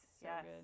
Yes